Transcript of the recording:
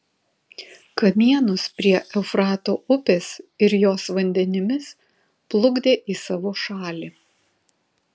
kamienus prie eufrato upės ir jos vandenimis plukdė į savo šalį